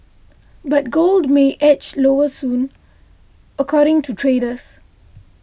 but gold may edge lower soon according to traders